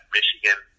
Michigan